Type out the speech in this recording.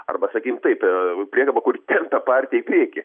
arba sakykim taip priekaba kuri tempia partiją į priekį